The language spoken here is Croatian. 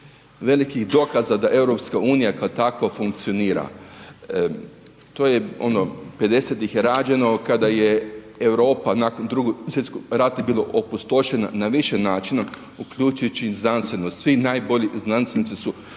velikih dokaza da EU kao takva funkcionira, to je ono 50 ih je rađeno kada je Europa nakon Drugog svjetskog rata bila opustošena na više načina, uključujući i znanstvenost, svi najbolji znanstvenici su